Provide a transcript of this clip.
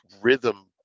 rhythm